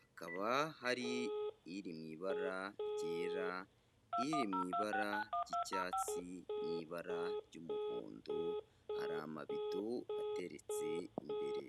hakaba hari iri mu ibara ryera, iri mu ibara ry'icyatsi, n'ibara ry'umuhondo, hari amabido ateretse imbere.